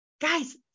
Guys